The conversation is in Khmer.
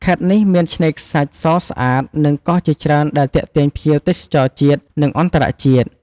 ខេត្តនេះមានឆ្នេរខ្សាច់សស្អាត និងកោះជាច្រើនដែលទាក់ទាញភ្ញៀវទេសចរជាតិ និងអន្តរជាតិ។